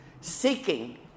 seeking